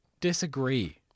disagree